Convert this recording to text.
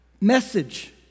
message